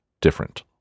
different